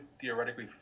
theoretically